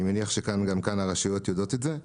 מניח שגם כאן הרשויות יודעות את זה.